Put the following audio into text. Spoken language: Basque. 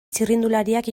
txirrindulariak